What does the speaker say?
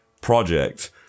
project